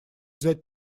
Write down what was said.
взять